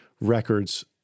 records